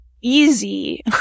easy